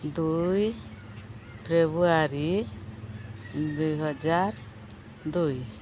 ଦୁଇ ଫେବୃଆରୀ ଦୁଇ ହଜାର ଦୁଇ